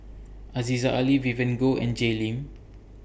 Aziza Ali Vivien Goh and Jay Lim